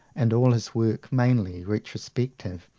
and all his work mainly retrospective,